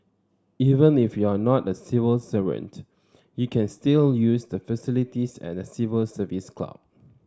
even if you are not a civil servant you can still use the facilities at the Civil Service Club